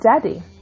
daddy